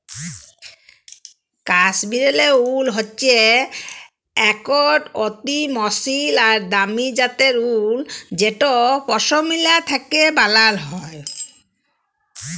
কাশ্মীরলে উল হচ্যে একট অতি মসৃল আর দামি জ্যাতের উল যেট পশমিলা থ্যাকে ব্যালাল হয়